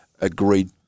agreed